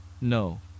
No